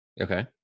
okay